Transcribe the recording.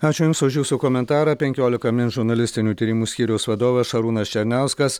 ačiū jums už jūsų komentarą penkiolika min žurnalistinių tyrimų skyriaus vadovas šarūnas černiauskas